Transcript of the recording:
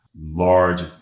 large